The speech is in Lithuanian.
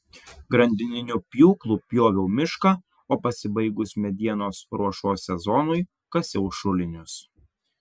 grandininiu pjūklu pjoviau mišką o pasibaigus medienos ruošos sezonui kasiau šulinius